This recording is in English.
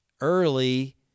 early